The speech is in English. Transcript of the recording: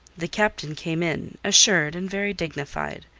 the captain came in, assured and very dignified.